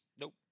Nope